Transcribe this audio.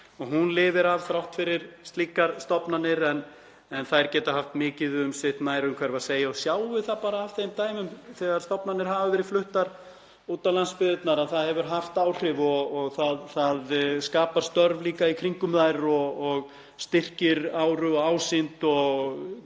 og hún lifir af þrátt fyrir að slíkar stofnanir verði fluttar en þær geta haft mikið um sitt nærumhverfi að segja. Við sjáum það bara af þeim dæmum þegar stofnanir hafa verið fluttar út á landsbyggðina að það hefur haft áhrif og það skapar líka störf í kringum þær, styrkir áru og ásýnd og